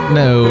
no